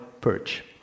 perch